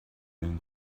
and